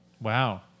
Wow